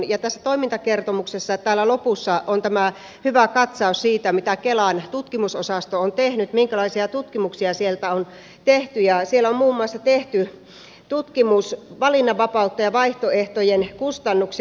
tässä toimintakertomuksessa täällä lopussa on hyvä katsaus siitä mitä kelan tutkimusosasto on tehnyt minkälaisia tutkimuksia sieltä on tehty ja siellä on muun muassa tehty tutkimus valinnanvapautta ja vaihtoehtojen kustannuksia